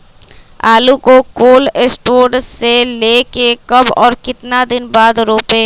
आलु को cold store से ले के कब और कितना दिन बाद रोपे?